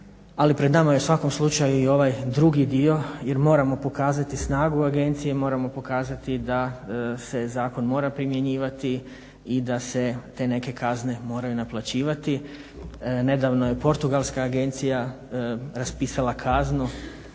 ali pred nama je i u svakom slučaju i ovaj drugi dio jer moramo pokazati snagu agencije i moramo pokazati da se zakon mora primjenjivati i da se te neke kazne moraju naplaćivat. Nedavno je Portugalska agencija raspisala kaznu